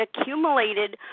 accumulated